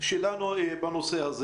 אני רוצה לומר שלאט לאט, גם בין ערב חג לערב